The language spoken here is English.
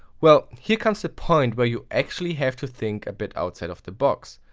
well here comes the point where you actually have to think a bit outside of the box.